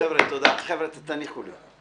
חברים, תניחו לי.